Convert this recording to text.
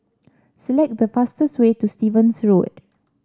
select the fastest way to Stevens Road